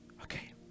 okay